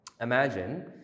Imagine